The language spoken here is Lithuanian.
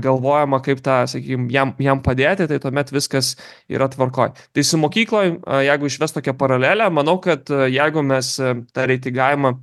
galvojama kaip tą sakykim jam jam padėti tai tuomet viskas yra tvarkoj tai su mokyklom jeigu išvest tokią paralelę manau kad jeigu mes tą reitingavimą